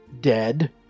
dead